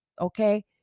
okay